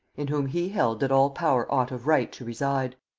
in whom he held that all power ought of right to reside.